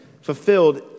fulfilled